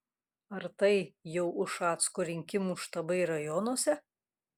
ar tai jau ušacko rinkimų štabai rajonuose